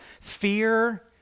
fear